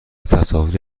تصاویری